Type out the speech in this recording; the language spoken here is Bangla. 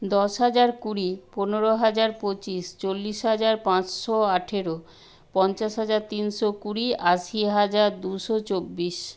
দশ হাজার কুড়ি পনেরো হাজার পঁচিশ চল্লিশ হাজার পাঁচশো আঠারো পঞ্চাশ হাজার তিনশো কুড়ি আশি হাজার দুশো চব্বিশ